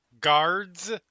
guards